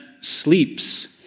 sleeps